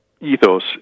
ethos